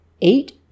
Eight